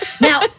Now